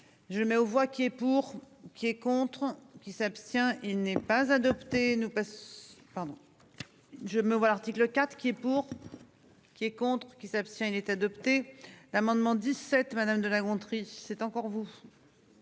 Je mets aux voix qui est pour. Qui est contre qui s'abstient. Il n'est pas adopté nous passons pardon. Je me vois l'article 4 qui est pour. Qui est contre qui s'abstient il est adopté l'amendement 17 madame de La Gontrie, c'est encore vous.